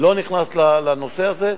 לא ניכנס לנושא הזה.